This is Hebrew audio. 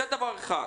זה דבר אחד.